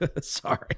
Sorry